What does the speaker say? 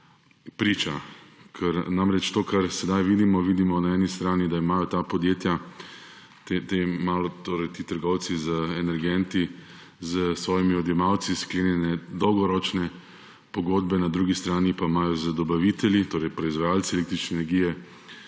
priča? Ker namreč sedaj vidimo, da na eni strani imajo ta podjetja, torej ti trgovci z energenti, s svojimi odjemalci sklenjene dolgoročne pogodbe; na drugi strani pa imajo z dobavitelji, torej proizvajalci električne energije,